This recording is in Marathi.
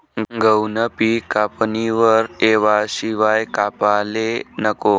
गहूनं पिक कापणीवर येवाशिवाय कापाले नको